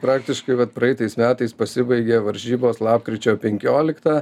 praktiškai vat praeitais metais pasibaigė varžybos lapkričio penkioliktą